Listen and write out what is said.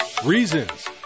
Reasons